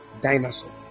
dinosaur